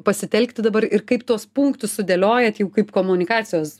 pasitelkti dabar ir kaip tuos punktus sudėliojat jau kaip komunikacijos